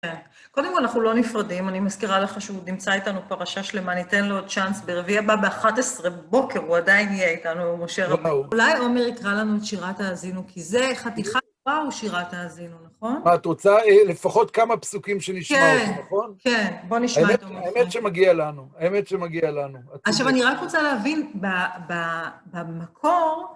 קודם כל, אנחנו לא נפרדים. אני מזכירה לך שהוא נמצא איתנו פרשה שלמה. אני אתן לו צ'אנס ברביעי הבאה ב-11 בוקר. הוא עדיין יהיה איתנו, משה רבן. אולי עומר יקרא לנו את שירת האזינו, כי זה חתיכה נקראו שירת האזינו, נכון? מה, את רוצה לפחות כמה פסוקים שנשמע, נכון? כן, בוא נשמע את זה. האמת שמגיע לנו, האמת שמגיע לנו. עכשיו, אני רק רוצה להבין, במקור...